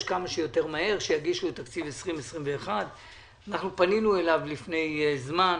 שיגישו כמה שיותר מהר את תקציב 2021. פנינו אליו לפני זמן,